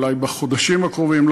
אולי בחודשים הקרובים,